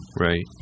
Right